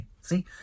See